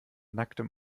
nacktem